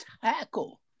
tackle